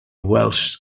welsh